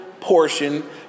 portion